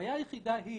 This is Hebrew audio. הבעיה היחידה היא